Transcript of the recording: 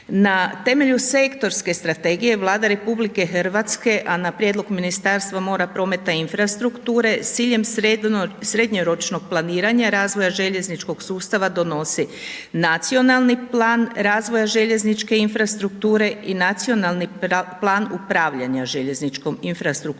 Na temelju sektorske strategije Vlada Republike Hrvatske a na prijedlog Ministarstva mora, prometa i infrastrukture s ciljem srednjoročnog planiranja, razvoja željezničkog sustava donosi nacionalni plan razvoja željezničke infrastrukture i nacionalni plan upravljanja željezničkom infrastrukturom